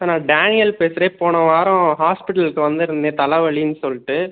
sir நான் Daniel பேசுகிறேன் போன வாரம் ஹாஸ்பிட்டலுக்கு வந்துருந்தேன் தலை வலின்னு சொல்லிட்டு